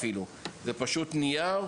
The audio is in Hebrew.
זה פשוט נייר,